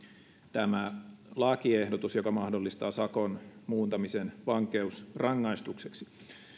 tämä lakiehdotus joka mahdollistaa sakon muuntamisen vankeusrangaistukseksi